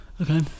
okay